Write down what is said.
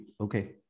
Okay